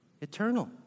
Eternal